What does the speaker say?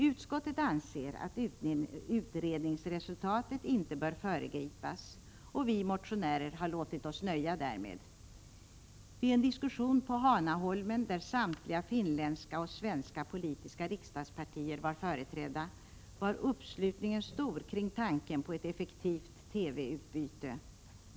Utskottet anser att utredningsresultatet inte bör föregripas, och vi motionärer har låtit oss nöja därmed. Vid en diskussion på Hanaholmen, där samtliga finländska och svenska politiska riksdagspartier var företrädda, var uppslutningen stor kring tanken på ett effektivt TV-utbyte.